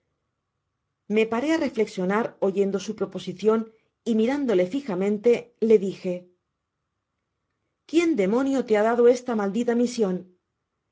me paré á reflexionar oyendo su proposicion y mirándole fijamente le dije quién demonio te ha dado esta maldita mision